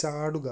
ചാടുക